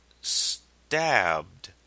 stabbed